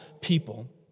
people